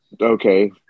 okay